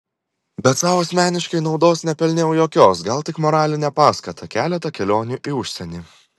bet sau asmeniškai naudos nepelniau jokios gal tik moralinę paskatą keletą kelionių į užsienį